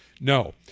no